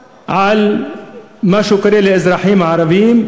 כשמשהו קורה לאזרחים הערבים,